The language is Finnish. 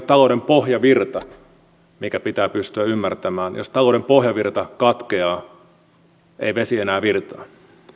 talouden pohjavirta mikä pitää pystyä ymmärtämään jos talouden pohjavirta katkeaa ei vesi enää virtaa